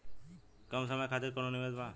कम समय खातिर कौनो निवेश बा?